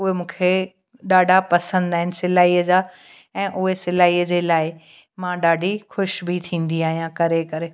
उहे मूंखे ॾाढा पसंदि आहिनि सिलाईअ जा ऐं उहे सिलाई जे लाइ मां ॾाढी ख़ुशि बि थींदी आहियां करे करे